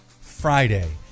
Friday